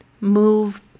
move